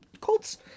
Colts